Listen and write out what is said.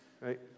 Right